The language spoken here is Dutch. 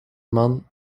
man